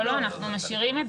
לא, אנחנו משאירים את זה.